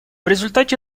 результате